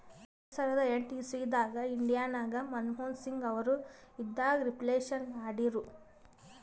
ಎರಡು ಸಾವಿರದ ಎಂಟ್ ಇಸವಿದಾಗ್ ಇಂಡಿಯಾ ನಾಗ್ ಮನಮೋಹನ್ ಸಿಂಗ್ ಅವರು ಇದ್ದಾಗ ರಿಫ್ಲೇಷನ್ ಮಾಡಿರು